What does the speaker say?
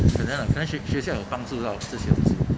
可能 can I shak~ 学校有帮助到这些东西